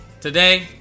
Today